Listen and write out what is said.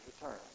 return